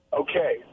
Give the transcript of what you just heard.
Okay